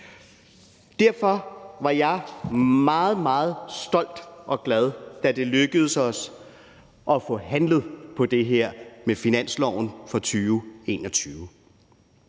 Derfor var jeg meget, meget stolt og glad, da det lykkedes os at få handlet på det her med finansloven for 2021.